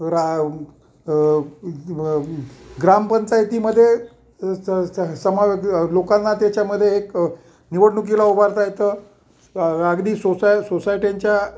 रा अ ब अ बी ग्रामपंचायतीमध्ये स समावे लोकांना त्याच्यामध्ये एक निवडणुकीला उभा राहता येतं रागदी सोसाय सोसायटींच्या